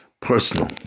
personal